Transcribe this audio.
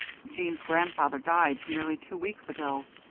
jeanne's grandfather died nearly two weeks ago,